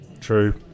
True